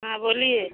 हाँ बोलिए